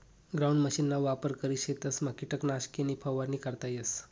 ground मशीनना वापर करी शेतसमा किटकनाशके नी फवारणी करता येस